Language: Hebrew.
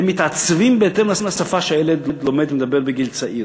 מתעצבים בהתאם לשפה שהילד לומד ומדבר בגיל צעיר.